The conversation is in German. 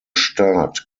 staat